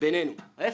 ביננו להיפך,